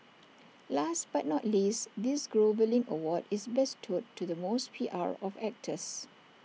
last but not least this groveling award is bestowed to the most P R of actors